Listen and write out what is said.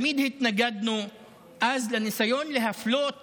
תמיד התנגדנו לניסיון להפלות